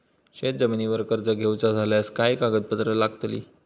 शेत जमिनीवर कर्ज घेऊचा झाल्यास काय कागदपत्र लागतली?